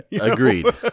agreed